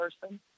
person